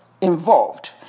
involved